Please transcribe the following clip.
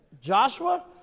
Joshua